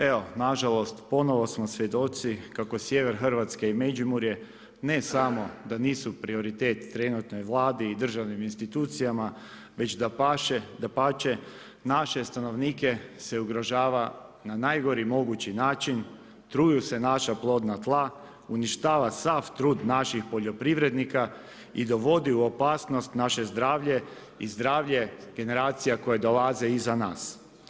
Evo nažalost ponovo smo svjedoci kako sjever Hrvatske i Međimurje ne samo da nisu prioritet trenutnoj Vladi i državnim institucijama, već dapače, naše stanovnike se ugrožava na najgori mogući način, truju se naša plodna tla, uništava sav trud naših poljoprivrednika i dovodi u opasnost naše zdravlje i zdravlje generacija koje dolaze iza nas.